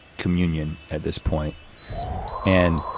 communion at this point and